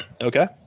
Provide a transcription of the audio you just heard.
Okay